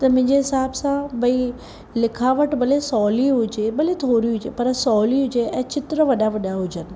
त मुंहिंजे हिसाब सां भई लिखावट भले सहुली हुजे भले थोरी हुजे पर सहुली हुजे ऐं चित्र वॾा वॾा हुजनि